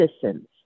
citizens